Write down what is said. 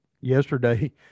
yesterday